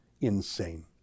insane